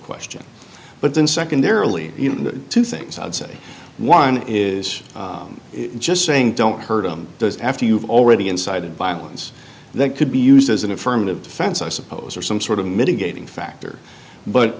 question but then secondarily two things i'd say one is just saying don't hurt him after you've already incited violence and that could be used as an affirmative defense i suppose or some sort of mitigating factor but